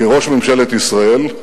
כראש ממשלת ישראל,